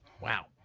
wow